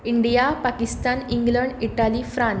India Pakistan England Italy France